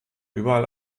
überall